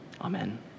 Amen